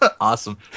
Awesome